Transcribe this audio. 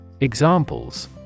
Examples